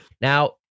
Now